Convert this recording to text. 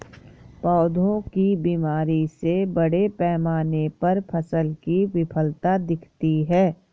पौधों की बीमारी से बड़े पैमाने पर फसल की विफलता दिखती है